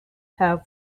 have